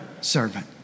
servant